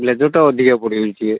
ବ୍ଲେଜର୍ଟା ଅଧିକା ପଡ଼ିଯାଉଛି ଟିକିଏ